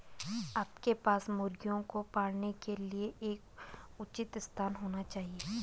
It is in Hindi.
आपके पास मुर्गियों को पालने के लिए एक उचित स्थान होना चाहिए